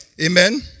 Amen